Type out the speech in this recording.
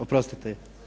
Oprostite.